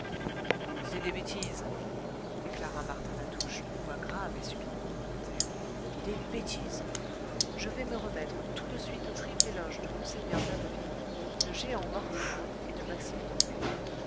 c'est des bêtises déclara martin latouche d'une voix grave et subitement volontaire des bêtises je vais me remettre tout de suite au triple éloge de mgr d'abbeville de jehan mortimar et de maxime